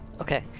Okay